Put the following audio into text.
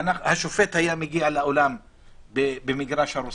השופט היה מגיע לאולם במגרש הרוסים,